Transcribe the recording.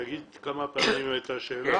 תגיד כמה פעמים את השאלה